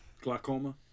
Glaucoma